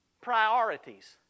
priorities